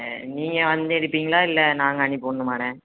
சரி நீங்கள் வந்து எடுப்பீங்களா இல்லை நாங்கள் அனுப்பி விடணுமாண்ணே